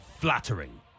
Flattering